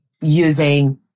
using